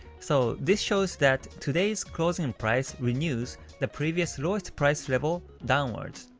so this shows that today's closing and price renews the previous lowest price level downwards.